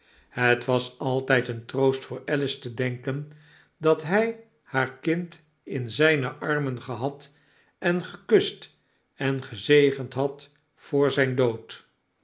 vader reeds hetwasaltijd een troost voor alice te denken dat hg haar kind in zgne armen gehad en gekust engezegend had voor zgn dood